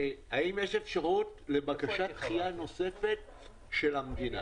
האם יש אפשרות לבקשת דחייה נוספת של המדינה?